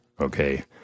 okay